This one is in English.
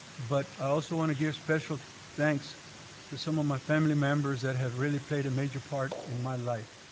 but i also wanna give special thanks to some of my family members that have really played a major part in my life.